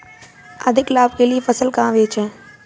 अधिक लाभ के लिए फसल कहाँ बेचें?